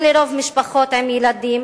על-פי רוב משפחות עם ילדים,